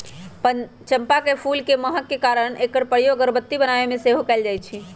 चंपा के फूल के महक के कारणे एकर प्रयोग अगरबत्ती बनाबे में सेहो कएल जाइ छइ